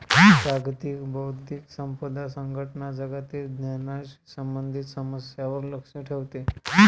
जागतिक बौद्धिक संपदा संघटना जगातील ज्ञानाशी संबंधित समस्यांवर लक्ष ठेवते